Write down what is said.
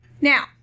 Now